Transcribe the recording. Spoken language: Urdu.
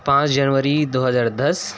پانچ جنوری دو ہزار دس